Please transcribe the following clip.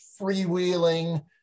freewheeling